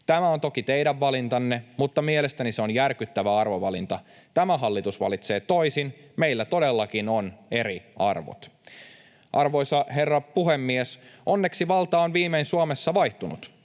Tämä on toki teidän valintanne, mutta mielestäni se on järkyttävä arvovalinta. Tämä hallitus valitsee toisin. Meillä todellakin on eri arvot. Arvoisa herra puhemies! Onneksi valta on viimein Suomessa vaihtunut.